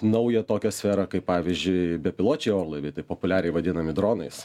naują tokią sferą kaip pavyzdžiui bepiločiai orlaiviai taip populiariai vadinami dronais